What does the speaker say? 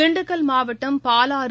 திண்டுக்கல் மாவட்டம் பாலாறு